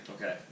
Okay